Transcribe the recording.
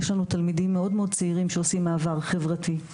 יש לנו תלמידים מאוד מאוד צעירים שעושים מעבר חברתי,